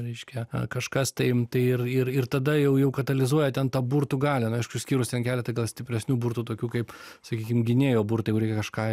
reiškia kažkas tai ir ir ir tada jau jau katalizuoja ten tą burtų galią na aišku išskyrus keletą gal stipresnių burtų tokių kaip sakykim gynėjo burtai kur reikia kažką